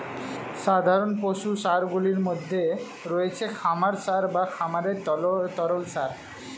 সাধারণ পশু সারগুলির মধ্যে রয়েছে খামার সার বা খামারের তরল সার